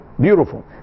Beautiful